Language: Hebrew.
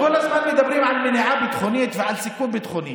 כל הזמן מדברים על מניעה ביטחונית ועל סיכון ביטחוני.